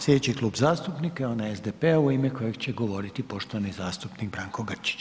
Slijedeći klub zastupnika je onaj SDP-a u ime kojeg će govoriti poštovani zastupnik Branko Grčić.